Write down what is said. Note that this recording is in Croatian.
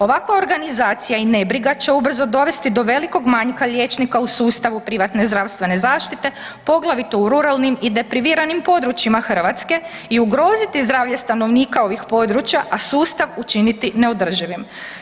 Ovakva organizacija i nebriga će ubrzo dovesti do velikog manjka liječnika u sustavu privatne zdravstvene zaštite, poglavito u ruralnim i depriviranim područjima Hrvatske i ugroziti zdravlje stanovnika ovih područja, a sustav učiniti neodrživim.